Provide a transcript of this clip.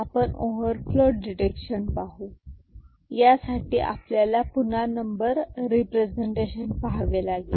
प्रथम आपण overflow detection पाहू यासाठी आपल्याला पुन्हा नंबर रिप्रेझेंटेशन पाहावे लागेल